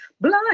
Blind